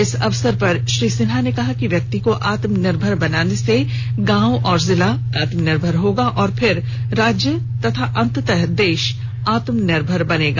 इस अवसर पर श्री सिन्हा ने कहा कि व्यक्ति को आत्मनिर्भर बनाने से गांव व जिला आत्मनिर्भर होगा और फिर राज्य और अंततः देश आत्मनिर्भर होगा